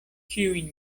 ĉiujn